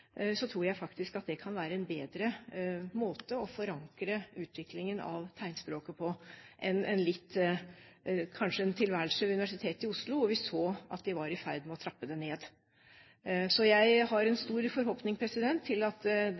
tror faktisk at dette kan være en bedre måte å forankre utviklingen av tegnspråket på enn en tilværelse ved Universitetet i Oslo hvor vi så at man var i ferd med å trappe det ned. Så jeg har stor forhåpning til at